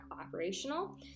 operational